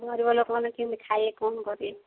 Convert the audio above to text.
ଗରିବ ଲୋକମାନେ କେମିତି ଖାଇବେ କ'ଣ କରିବେ